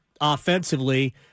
offensively